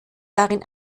darin